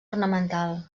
ornamental